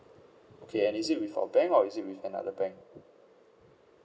okay and is it with our bank or is it with another bank